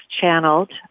channeled